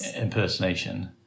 impersonation